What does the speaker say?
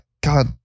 God